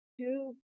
two